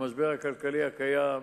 במשבר הכלכלי הקיים,